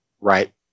Right